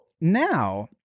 now